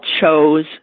chose